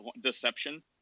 deception